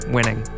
Winning